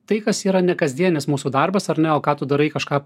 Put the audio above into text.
tai kas yra nekasdienis mūsų darbas ar ne o ką tu darai kažką